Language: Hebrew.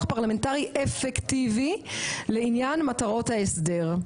אלמנטרי אפקטיבי לעניין מטרות ההסדר.